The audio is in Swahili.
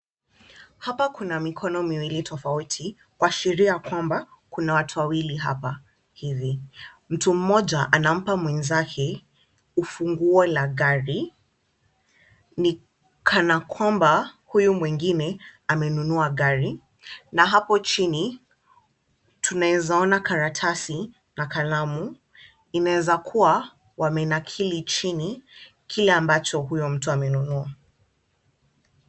Hapa kuna mikono miwili tofauti kuashiria kwamba kuna watu wawili hapa hivi. Mtu mmoja anampa mwenzake ufunguo la gari ni kana kwamba huyu mwingine amenunua gari na hapo chini tunaweza ona karatasi na kalamu. Inaweza kuwa wamenakili chini kile ambacho huyo mtu amenunua.